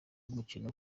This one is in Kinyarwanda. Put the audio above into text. umukino